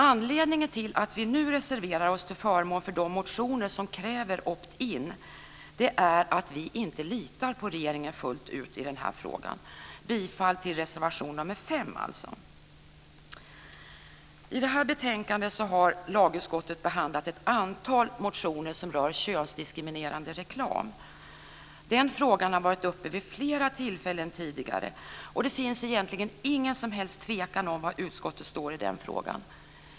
Anledningen till att vi nu reserverar oss till förmån för de motioner där man kräver opt inlösningen är att vi inte litar på regeringen fullt ut i den här frågan. Jag yrkar alltså bifall till reservation nr 5. I det här betänkandet har lagutskottet behandlat ett antal motioner som rör könsdiskriminerande reklam. Den frågan har varit uppe vid flera tillfällen tidigare, och det finns egentligen ingen som helst tvekan om var utskottet står i den frågan.